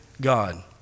God